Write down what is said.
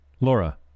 Laura